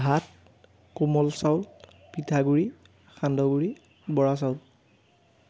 ভাত কোমল চাউল পিঠাগুড়ি সান্দহগুৰি বৰা চাউল